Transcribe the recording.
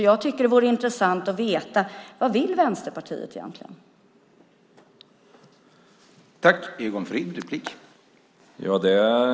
Jag tycker att det vore intressant att veta vad Vänsterpartiet egentligen vill.